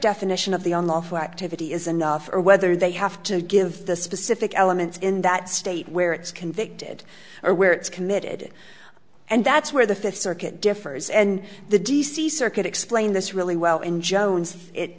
definition of the unlawful activity is enough or whether they have to give the specific elements in that state where it's convicted or where it's committed and that's where the fifth circuit differs and the d c circuit explain this really well in jones it